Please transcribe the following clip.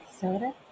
Soda